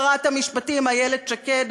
שרת המשפטים איילת שקד,